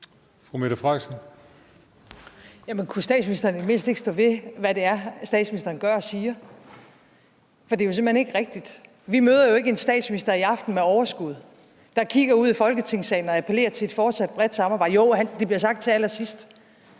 Frederiksen (S): Kunne statsministeren i det mindste ikke stå ved, hvad det er, statsministeren gør og siger? For det er jo simpelt hen ikke rigtigt. Vi møder jo ikke en statsminister i aften med overskud, der kigger ud over Folketingssalen og appellerer til et fortsat bredt samarbejde. Jo, det bliver sagt til allersidst,